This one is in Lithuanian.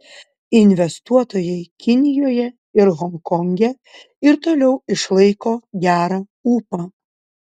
investuotojai kinijoje ir honkonge ir toliau išlaiko gerą ūpą